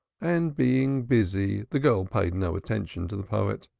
and being busy the girl paid no attention to the poet,